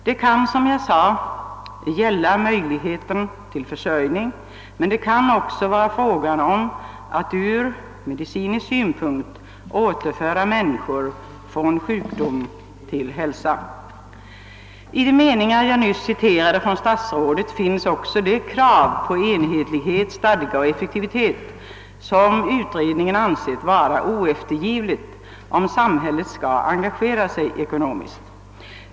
Det kan, som jag sade, gälla möjligheten till försörjning, men det kan också vara frågan om att ur medicinsk synpunkt återföra människor från sjukdom till hälsa. I de meningar ur statsrådets uttalande i statsverkspropositionen som jag nyss citerade finns också det krav på enhetlighet, stadga och effektivitet, som av utredningen ansetts vara oeftergivligt om samhället skall engagera sig ekonomiskt.